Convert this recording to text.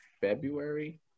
February